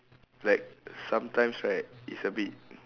like sometimes right it's a bit